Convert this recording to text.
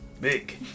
Big